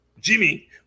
jimmy